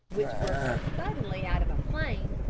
which burst suddenly out of a plain,